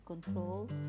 control